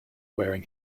wearing